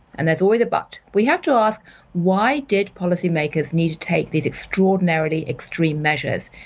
and there's always a but, we have to ask why did policymakers need to take these extraordinarily extreme measures?